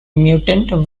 mutant